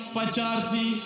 Pacharsi